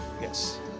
yes